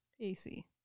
AC